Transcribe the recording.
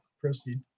Proceed